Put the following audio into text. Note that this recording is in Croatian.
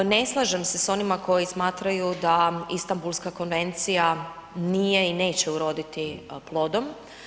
Ne slažem se s onima koji smatraju da Istambulska konvencija nije i neće uroditi plodom.